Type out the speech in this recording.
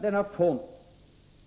Denna fond